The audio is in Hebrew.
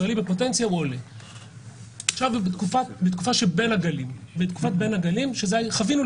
בתקופת בין הגלים חווינו,